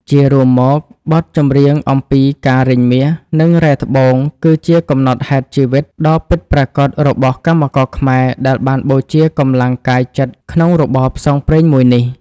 ជារួមមក បទចម្រៀងអំពីការរែងមាស និងរ៉ែត្បូង គឺជាកំណត់ហេតុជីវិត ដ៏ពិតប្រាកដរបស់កម្មករខ្មែរដែលបានបូជាកម្លាំងកាយចិត្តក្នុងរបរផ្សងព្រេងមួយនេះ។